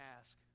ask